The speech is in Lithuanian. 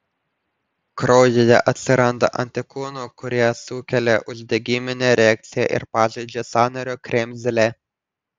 kraujyje atsiranda antikūnų kurie sukelia uždegiminę reakciją ir pažeidžia sąnario kremzlę